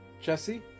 Jesse